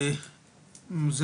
זה